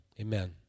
Amen